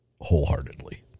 wholeheartedly